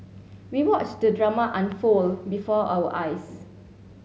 we watched the drama unfold before our eyes